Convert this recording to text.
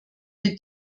mit